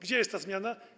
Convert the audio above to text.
Gdzie jest ta zmiana?